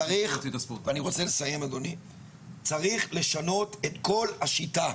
צריך לשנות את כל השיטה.